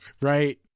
Right